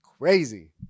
crazy